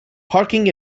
parking